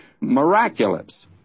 miraculous